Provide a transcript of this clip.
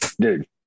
Dude